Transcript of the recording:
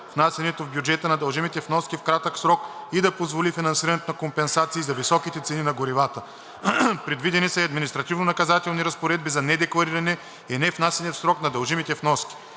внасянето в бюджета на дължимите вноски в кратък срок и да позволи финансирането на компенсации за високите цени на горивата. Предвидени са и административно-наказателни разпоредби за недеклариране и невнасяне в срок на дължимите вноски.